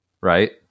right